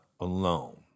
alone